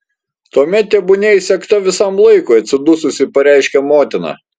tuomet tebūnie įsegta visam laikui atsidususi pareiškia motina